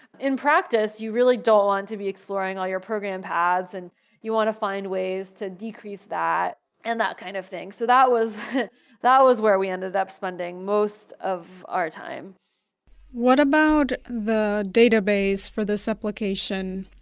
in practice, you really don't want to be exploring all your programs pads, and you want to find ways to decrease that and that kind of thing. so that was that was where we ended up spending most of our time what about the database for this application?